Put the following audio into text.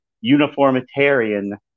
uniformitarian